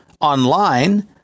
online